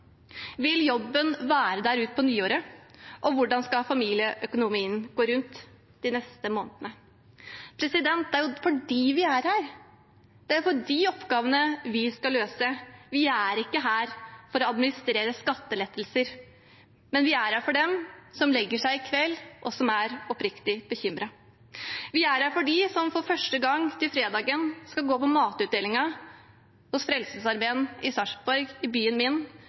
Vil jobben være der på nyåret? Og hvordan skal familieøkonomien gå rundt de neste månedene? Det er jo for dem vi er her. Det er de oppgavene vi skal løse. Vi er ikke her for å administrere skattelettelser, men vi er her for dem som legger seg i kveld, og som er oppriktig bekymret. Vi er her for dem som for første gang på fredag skal gå på matutdelingen hos Frelsesarmeen i Sarpsborg, i byen min,